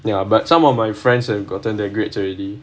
ya but some of my friends have gotten their grades already